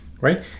right